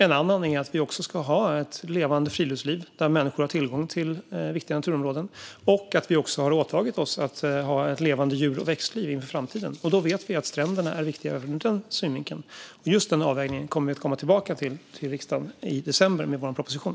En annan fråga handlar om att vi också ska ha ett levande friluftsliv där människor har tillgång till naturområden. Vi har också åtagit oss att ha ett levande djur och växtliv i framtiden. Då vet vi att stränderna är viktiga även ur den synvinkeln. Just denna avvägning kommer vi att komma tillbaka till riksdagen med i december i och med vår proposition.